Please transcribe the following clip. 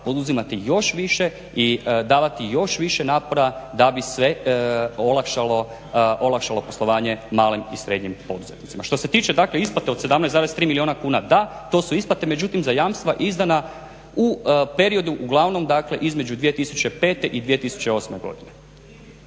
poduzimati još više i davati još više napora da bi se olakšalo poslovanje malim i srednjim poduzetnicima. Što se tiče dakle isplate od 17,3 milijuna kuna da, to su isplate, međutim za jamstva izdana u periodu uglavnom dakle između 2005. i 2008. godine.